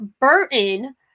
Burton